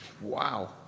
Wow